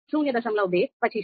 2 પછી 0